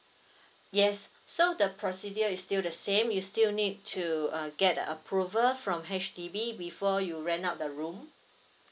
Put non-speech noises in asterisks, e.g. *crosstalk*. *breath* yes so the procedure is still the same you still need to uh get a approval from H_D_B before you rent out the room